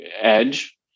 edge